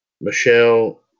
Michelle